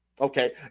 Okay